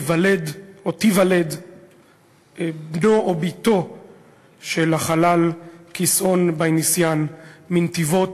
ייוולד או תיוולד בנו או בתו של החלל קסהון בייניסיאן מנתיבות